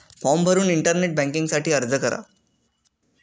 form भरून internet banking साठी अर्ज करा